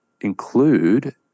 include